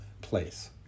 place